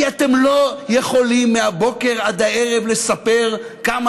כי אתם לא יכולים מהבוקר עד הערב לספר כמה